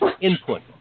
input